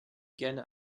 gerne